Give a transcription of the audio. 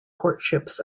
courtship